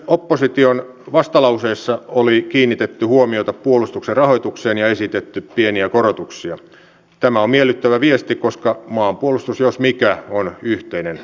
tämä on tietenkin hieman vaikeasti yhteensovitettava yhtälö sen tilanteen kanssa että historiallista on että nyt itärajan yli on tullut turvapaikanhakijoita